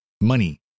money